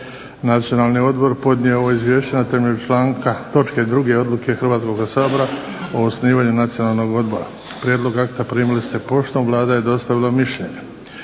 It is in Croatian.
Nacionalni odbor podnio je ovo izvješće na temelju točke 2. Odluke Hrvatskoga sabora o osnivanju Nacionalnog odbora. Prijedlog akta primili ste poštom, Vlada je dostavila mišljenje.